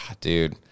dude